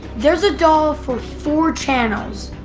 there's a doll for four channels.